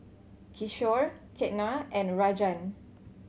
Kishore Ketna and Rajan